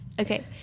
okay